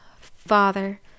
Father